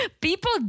People